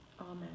amen